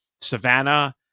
Savannah